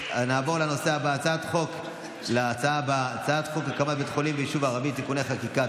להעביר את הצעת חוק הקמת בית חולים בעיר סח'נין (תיקוני חקיקה),